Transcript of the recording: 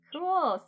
Cool